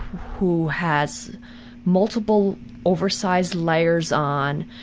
who has multiple oversized layers on,